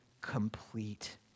complete